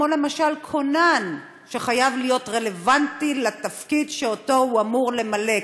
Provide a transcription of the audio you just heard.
כמו למשל כונן שחייב להיות רלוונטי לתפקיד שאותו הוא אמור למלא,